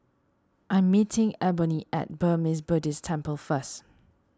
I'm meeting Ebony at Burmese Buddhist Temple first